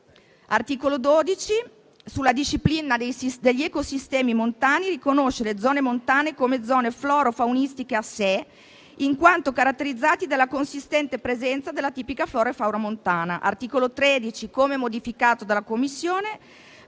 L'articolo 12, sulla disciplina degli ecosistemi montani, riconosce le zone montane come zone florofaunistiche a sé, in quanto caratterizzate dalla consistente presenza della tipica flora e fauna montana. L'articolo 13, come modificato dalla Commissione,